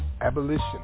Abolition